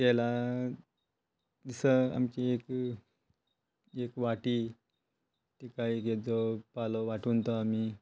तेला दिसा आमची एक वाटी तिका एकदो पालो वाटून तो आमी